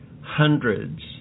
hundreds